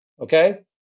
Okay